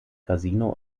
casino